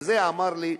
ואת זה אמר לי בחור,